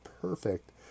perfect